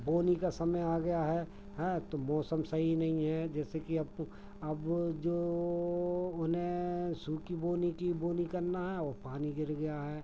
बोनी का समय आ गया है हैं तो मौसम सही नहीं है जैसे कि आप अब जो उन्हें सूखी बोनी की बोनी करना है वो पानी गिर गया है